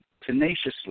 tenaciously